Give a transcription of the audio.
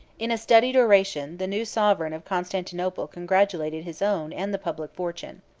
in a studied oration, the new sovereign of constantinople congratulated his own and the public fortune.